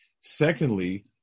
Secondly